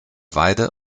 weide